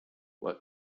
what